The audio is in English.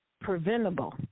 preventable